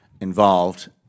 involved